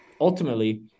Ultimately